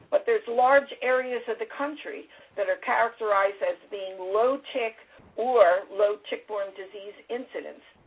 but there's large areas of the country that are characterized as being low tick or low tick-borne disease incidence.